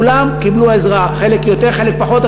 כולם קיבלו עזרה, חלק יותר, חלק פחות.